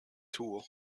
tool